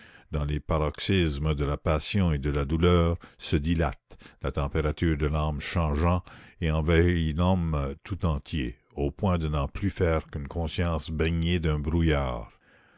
dans les paroxysmes de la passion et de la douleur se dilate la température de l'âme changeant et envahit l'homme tout entier au point de n'en plus faire qu'une conscience baignée d'un brouillard